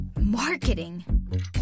Marketing